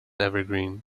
evergreen